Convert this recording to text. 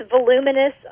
voluminous